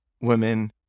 women